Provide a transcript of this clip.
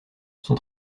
son